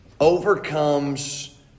overcomes